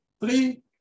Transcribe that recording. Three